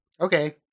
Okay